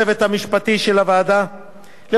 לראש הצוות ברוך לוי,